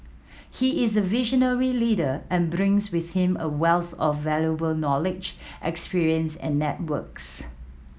he is a visionary leader and brings with him a wealth of valuable knowledge experience and networks